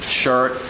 shirt